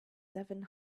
seven